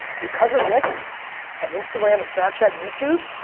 because of this and instagram and snapchat and youtube,